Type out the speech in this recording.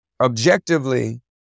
Objectively